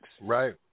Right